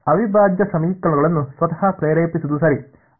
ಅವಿಭಾಜ್ಯ ಸಮೀಕರಣಗಳನ್ನು ಸ್ವತಃ ಪ್ರೇರೇಪಿಸುವುದು ಸರಿ